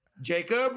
Jacob